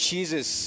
Jesus